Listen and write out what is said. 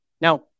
Now